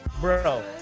bro